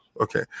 Okay